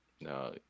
No